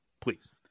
Please